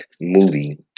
movie